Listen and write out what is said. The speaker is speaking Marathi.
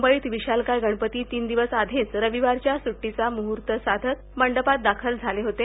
मुंबईत विशालकाय गणपती तीन दिवस आधीच रविवारच्या सुटीचा मुहर्त साधत मंडपात दाखल झाले होते